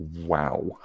wow